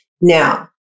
now